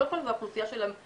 קודם כל האוכלוסיה של המבוגרים,